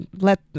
Let